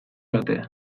batean